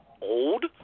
old